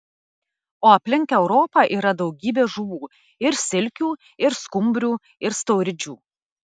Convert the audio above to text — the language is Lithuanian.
o aplink europą yra daugybė žuvų ir silkių ir skumbrių ir stauridžių